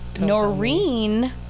Noreen